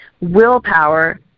willpower